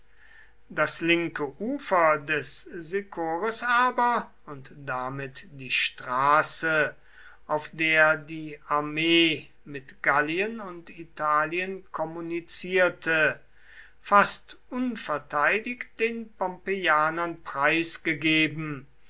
das linke ufer des sicoris aber und damit die straße auf der die armee mit gallien und italien kommunizierte fast unverteidigt den pompeianern preisgegeben